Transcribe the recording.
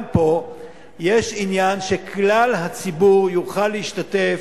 גם פה יש עניין שכלל הציבור יוכל להשתתף,